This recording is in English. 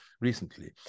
recently